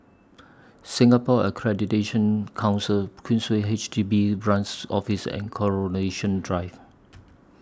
Singapore Accreditation Council Queensway H D B Branch Office and Coronation Drive